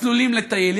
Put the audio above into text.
מסלולים לטייל,